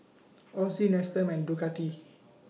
Ozi Nestum and Ducati